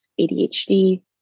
ADHD